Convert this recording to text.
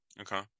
Okay